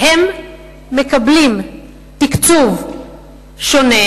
מקבלים תקצוב שונה,